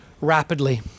rapidly